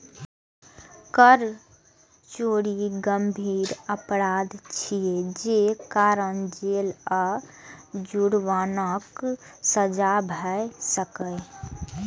कर चोरी गंभीर अपराध छियै, जे कारण जेल आ जुर्मानाक सजा भए सकैए